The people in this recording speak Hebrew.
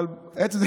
אבל עצם זה